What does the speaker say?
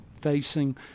facing